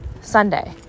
Sunday